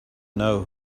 know